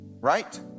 right